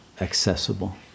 accessible